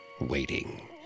waiting